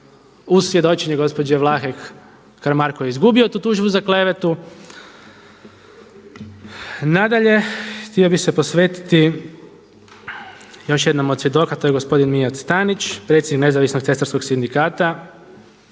Uz svjedočenje gospođe Vlahek, Karamarko je izgubio tu tužbu za klevetu. Nadalje, htio bih se posvetiti još jednom od svjedoka, a to je gospodin Mijat Stanić, predsjednik Nezavisnog cestarskog sindikata.